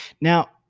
Now